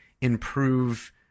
improve